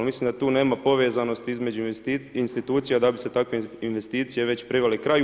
Mislim da tu nema povezanosti između institucija da bi se takve investicije već privele kraju.